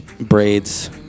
braids